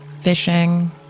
fishing